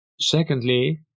Secondly